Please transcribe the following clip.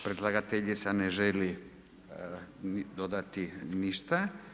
Predlagateljica ne želi dodati ništa.